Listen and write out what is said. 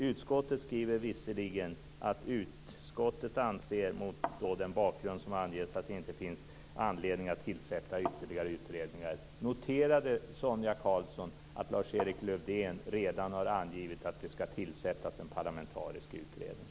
Utskottet skriver visserligen att utskottet mot den bakgrund som anges inte anser att det finns anledning att tillsätta ytterligare utredningar. Noterade Sonia Karlsson att Lars-Erik Lövdén redan har angivit att det ska tillsättas en parlamentarisk utredning?